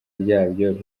ryabyo